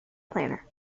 planner